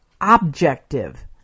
objective